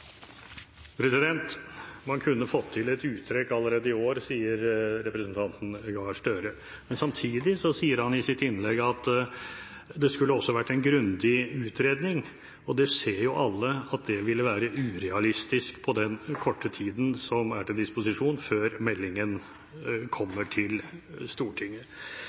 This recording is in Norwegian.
Man kunne fått til et uttrekk allerede i år, sier representanten Gahr Støre. Samtidig sier han i sitt innlegg at det også skulle vært en grundig utredning. Alle ser at det ville vært urealistisk på den korte tiden som er til disposisjon før meldingen kommer til Stortinget.